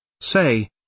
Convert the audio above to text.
Say